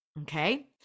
Okay